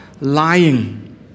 lying